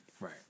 right